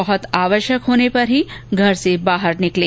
बहुत आवश्यक होने पर ही घर से बाहर निकलें